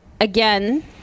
again